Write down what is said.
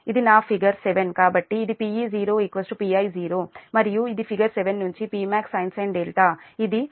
కాబట్టి ఇది Pe0 Pi0 మరియు ఇది ఫిగర్ 7 నుంచి Pmax sin ఇది ఫిగర్ 7 నుంచి